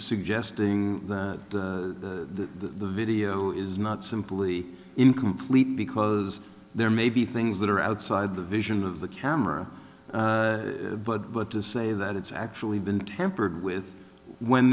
suggesting that the video is not simply incomplete because there may be things that are outside the vision of the camera but but to say that it's actually been tampered with when